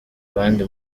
abandi